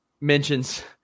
Mentions